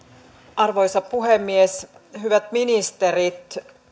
arvoisa puhemies hyvät ministerit